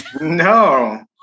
No